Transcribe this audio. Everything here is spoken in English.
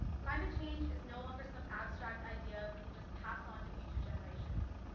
climate change is no longer some abstract idea we can just pass on to future generations.